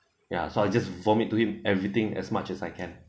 ya so I just vomit to him everything as much as I can